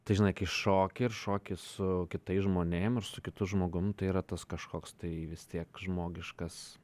tai žinai kai šoki ir šoki su kitais žmonėm su kitu žmogum tai yra tas kažkoks tai vis tiek žmogiškas